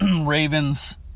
Ravens